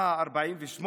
מה, 1948,